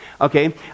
Okay